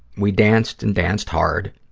we danced and danced hard.